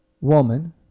woman